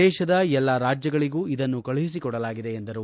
ದೇಶದ ಎಲ್ಲಾ ರಾಜ್ಯಗಳಿಗೂ ಇದನ್ನು ಕಳುಹಿಸಿಕೊಡಲಾಗಿದೆ ಎಂದರು